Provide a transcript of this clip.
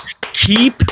Keep